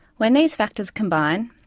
when these factors combine,